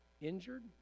injured